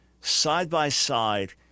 side-by-side